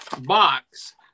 box